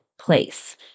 place